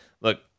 look